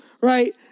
right